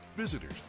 visitors